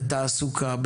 בתעסוקה,